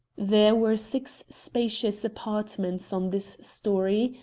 there were six spacious apartments on this storey,